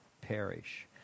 perish